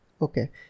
Okay